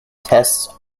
tests